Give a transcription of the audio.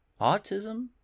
autism